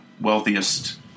wealthiest